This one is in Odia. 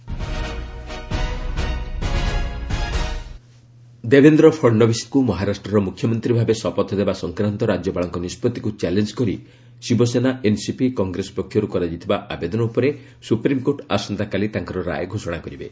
SC Maha government formation Devendra ଫଡ଼ନବିସ୍କ୍ ୁ ମହାରାଷ୍ଟ୍ରର ମୁଖ୍ୟମନ୍ତ୍ରୀ ଭାବେ ଶପଥ ଦେବା ସଂକ୍ରାନ୍ତ ରାଜ୍ୟପାଳଙ୍କ ନିଷ୍ପଭିକ୍ ଚ୍ୟାଲେଞ୍ଜ କରି ଶିବସେନା ଏନ୍ସିପି କଂଗ୍ରେସ ପକ୍ଷରୁ କରାଯାଇଥିବା ଆବେଦନ ଉପରେ ସୁପ୍ରିମ୍କୋର୍ଟ ଆସନ୍ତାକାଲି ତାଙ୍କର ରାୟ ଘୋଷଣା କରିବେ